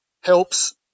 helps